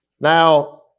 Now